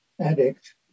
Addict